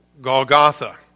Golgotha